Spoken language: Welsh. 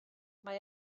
mae